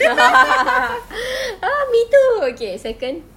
ah me too okay second